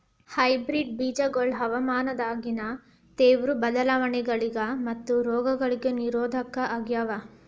hybrid ಬೇಜಗೊಳ ಹವಾಮಾನದಾಗಿನ ತೇವ್ರ ಬದಲಾವಣೆಗಳಿಗ ಮತ್ತು ರೋಗಗಳಿಗ ನಿರೋಧಕ ಆಗ್ಯಾವ